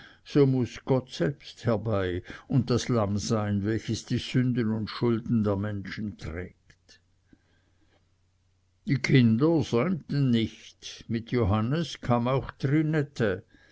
so muß gott selbst herbei und das lamm sein welches die sünden und schulden der menschen trägt die kinder säumten nicht mit johannes kam auch